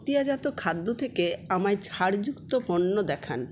প্রক্রিয়াজাত খাদ্য থেকে আমায় ছাড় যুক্ত পণ্য দেখান